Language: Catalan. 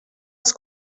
els